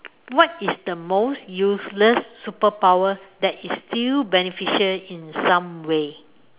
what is the most useless super power that is still beneficial in some way